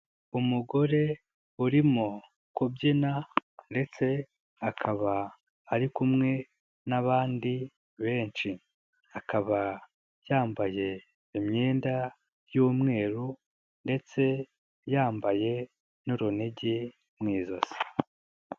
Umugore urimo kubyina ndetse akaba ari kumwe n'abandi benshi, akaba yambaye imyenda y'umweru ndetse yambaye n'urunigi mu ijosi.